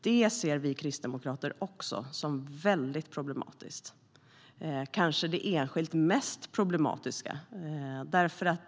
Det ser vi kristdemokrater också som väldigt problematiskt - kanske det enskilt mest problematiska.